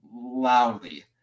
loudly